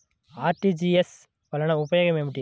RTGS వలన ఉపయోగం ఏమిటీ?